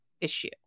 issue